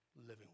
living